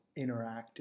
interactive